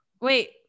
Wait